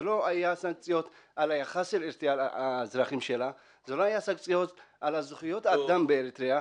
אבל לא היו סנקציות על היחס לאזרחים שלה ולא על זכויות האדם באריתריאה.